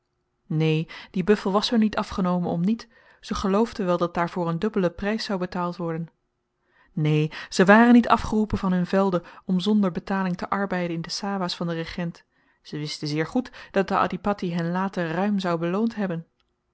neen die buffel was hun niet afgenomen om niet ze geloofden wel dat daarvoor een dubbelen prys zou betaald worden neen ze waren niet afgeroepen van hun velden om zonder betaling te arbeiden in de sawahs van den regent ze wisten zeer goed dat de adhipatti hen later ruim zou beloond hebben